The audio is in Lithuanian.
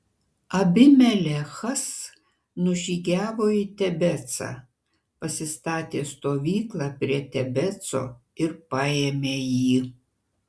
abimelechas nužygiavo į tebecą pasistatė stovyklą prie tebeco ir paėmė jį